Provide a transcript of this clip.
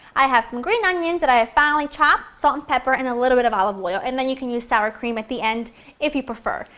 i have some green onions that i have finely chopped, salt and pepper and a little bit of olive oil and then you can use sour cream the end if you prefer.